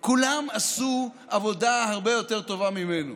בחמש שנים, כולם עשו עבודה הרבה יותר טובה ממנו.